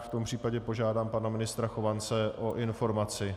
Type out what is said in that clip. V tom případě požádám pana ministra Chovance o informaci.